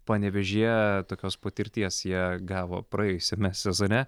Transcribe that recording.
panevėžyje tokios patirties jie gavo praėjusiame sezone